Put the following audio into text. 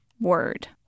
word